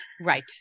right